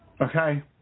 Okay